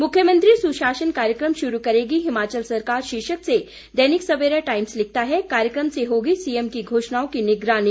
मुख्यमंत्री सुशासन कार्यकम शुरू करेगी हिमाचल सरकार शीर्षक से दैनिक सवेरा टाईम्स लिखता है कार्यकम से होगी सीएम की घोषणाओं की निगरानी